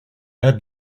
aides